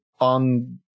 on